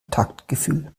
taktgefühl